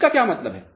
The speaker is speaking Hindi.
इसका क्या मतलब है